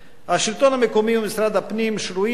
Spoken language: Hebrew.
השלטון המקומי ומשרד הפנים שרויים בימים